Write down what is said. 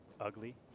ugly